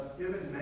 given